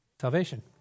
Salvation